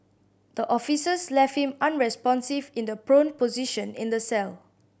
the officers left him unresponsive in the prone position in the cell